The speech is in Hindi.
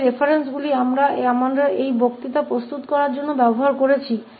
तो ये वे संदर्भ हैं जिनका उपयोग हमने इस व्याख्यान को तैयार करने के लिए किया है